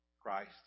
Christ